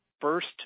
first